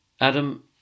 Adam